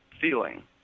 feeling